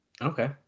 Okay